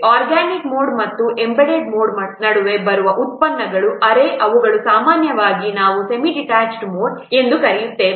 organic mode ಮತ್ತು embedded mode ನಡುವೆ ಬರುವ ಉತ್ಪನ್ನಗಳನ್ನು ಅರೆ ಅವುಗಳನ್ನು ಸಾಮಾನ್ಯವಾಗಿ ನಾವು ಸೆಮಿ ಡಿಟ್ಯಾಚ್ಡ್ ಮೋಡ್ ಎಂದು ಕರೆಯುತ್ತೇವೆ